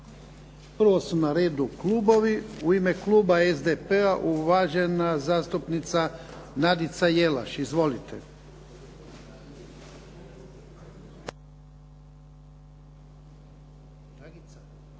Prvo su na redu klubovi. U ime kluba SDP-a uvažena zastupnica Nadica Jelaš. Izvolite. **Jelaš,